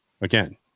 Again